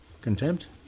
Contempt